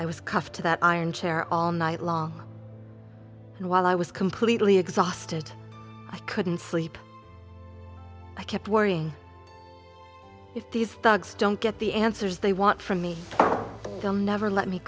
i was cuffed to that iron chair all night long and while i was completely exhausted i couldn't sleep i kept worrying if these thugs don't get the answers they want from me they'll never let me